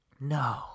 No